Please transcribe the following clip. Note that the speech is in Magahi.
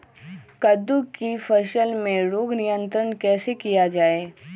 कददु की फसल में रोग नियंत्रण कैसे किया जाए?